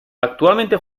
actualmente